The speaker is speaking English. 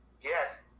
Yes